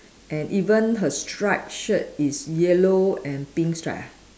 and even her striped shirt is yellow and pink stripe ah